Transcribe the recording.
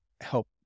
help